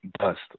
bust